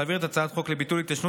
להעביר את הצעת החוק לביטול התיישנות